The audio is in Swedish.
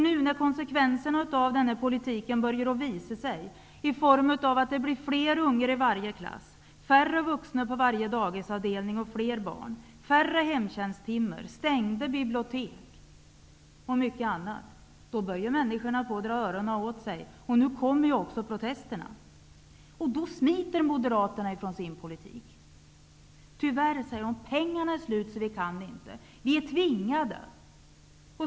Nu när konsekvenserna av denna politik börjar visa sig i form av att det blir fler ungar i varje klass, färre vuxna på varje dagisavdelning och fler barn, färre hemtjänsttimmar, stängda bibliotek och mycket annat. Då börjar människorna att dra öronen åt sig. Nu kommer också protesterna. Då smiter Moderaterna från sin politik. De sä ger att pengarna tyvärr är slut. De säger att de är tvingade.